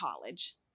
college